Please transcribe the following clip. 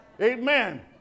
Amen